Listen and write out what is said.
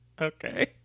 Okay